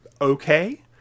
Okay